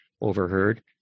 overheard